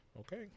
Okay